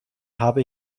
habe